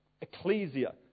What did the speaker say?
ecclesia